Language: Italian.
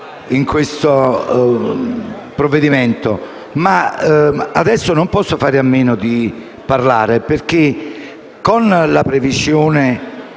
su questo provvedimento, ma adesso non posso fare a meno di intervenire perché, con la previsione